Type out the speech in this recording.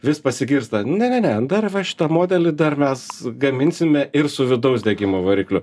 vis pasigirsta ne ne ne dar va šitą modelį dar mes gaminsime ir su vidaus degimo varikliu